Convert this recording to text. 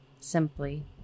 simply